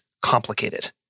Complicated